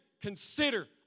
consider